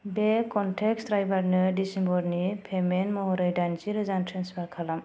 बे contact driver नो December नि पेमेन्ट महरै दाइनजि रोजा रां ट्रेन्सफार खालाम